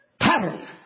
pattern